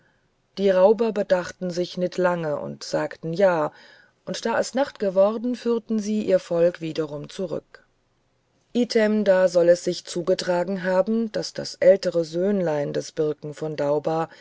die rauber bedachtend sich nit lang sagtend ja und da es nacht geworden führten sy jr volk wiederum zurück item da soll es sich zugetragen haben daß das älteste söhnlein des birken von dauba